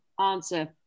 Answer